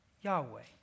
Yahweh